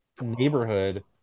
neighborhood